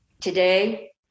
Today